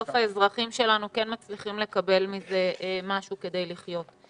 בסוף האזרחים שלנו כן מצליחים לקבל משהו מזה כדי לחיות.